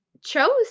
chose